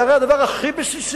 הרי זה הדבר הכי בסיסי.